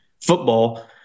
football –